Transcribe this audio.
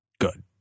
good